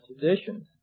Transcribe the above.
traditions